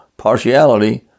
partiality